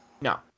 No